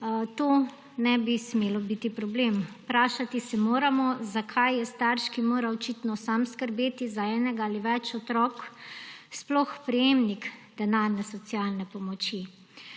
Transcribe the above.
To ne bi smelo biti problem. Vprašati se moramo, zakaj je starš, ki mora očitno sam skrbeti za enega ali več otrok, sploh prejemnik denarne socialne pomoči.